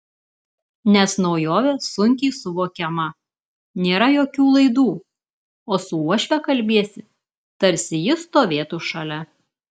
nes naujovė sunkiai suvokiama nėra jokių laidų o su uošve kalbiesi tarsi ji stovėtų šalia